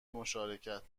مشارکت